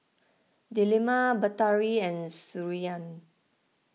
Delima Batari and Surinam